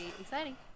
exciting